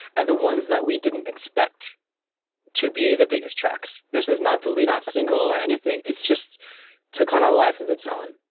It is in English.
are the ones that we didn't expect to be our biggest tracks. this was not the leadoff single or anything, it just took on a life of its own.